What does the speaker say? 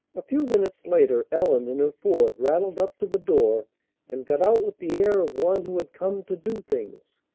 a few minutes later ellen in her ford rattled up to the door and got out with the air of one who had come to do things.